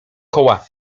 koła